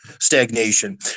stagnation